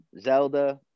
Zelda